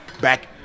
back